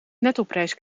nettoprijs